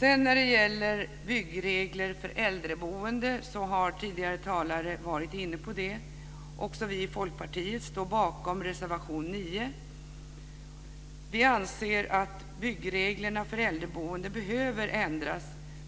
När det sedan gäller byggregler för äldreboende har tidigare talare varit inne på det. Också vi i Folkpartiet står bakom reservation 9. Vi anser att byggreglerna för äldreboende behöver ändras